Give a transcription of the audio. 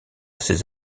ces